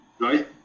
right